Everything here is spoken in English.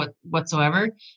whatsoever